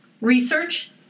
research